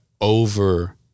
over